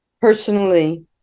personally